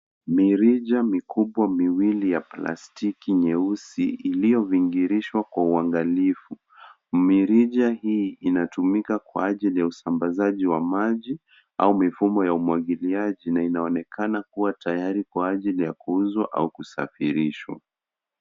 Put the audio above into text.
Mirija mikubwa miwili ya plastiki nyeusi, iliyovingirishwa kwa uangalifu. Mirija hii inatumika kwa ajili ya usambazaji wa maji au mifumo ya umwagiliaji, na inaonekana kuwa tayari kwa ajili ya kuuzwa au kusafirishwa.